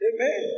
Amen